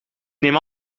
neem